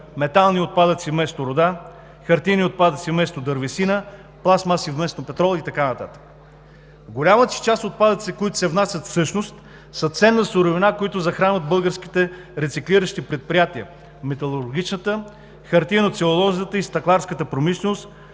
метални отпадъци вместо руда, хартиени отпадъци вместо дървесина, пластмаса вместо петрол и така нататък. В голямата си част отпадъците, които се внасят, всъщност са ценна суровина, която захранва българските рециклиращи предприятия в металургичната, целулозно-хартиената и стъкларската промишленост,